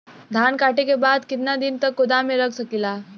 धान कांटेके बाद कितना दिन तक गोदाम में रख सकीला?